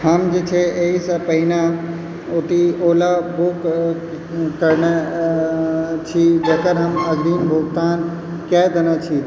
हम जे छै एहिसँ पहिने ओतहि ओला बुक करने छी जकर हम अग्रिम भुगतान कए देने छी